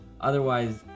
otherwise